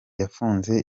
yafunze